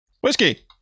Whiskey